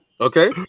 Okay